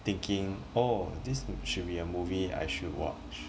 thinking oh this should be a movie I should watch